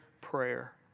prayer